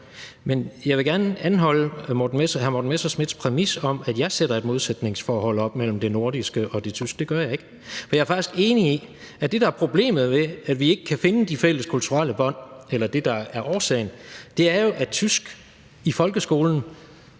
Men jeg vil gerne anholde hr. Morten Messerschmidts præmis om, at jeg sætter et modsætningsforhold op mellem det nordiske og det tyske. Det gør jeg ikke. Jeg er faktisk enig i, at det, der er årsagen til, at vi ikke kan finde de fælles kulturelle bånd, er, at tysk i folkeskolen